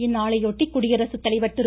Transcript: இந்நாளையொட்டி குடியரசுத்தலைவர் திரு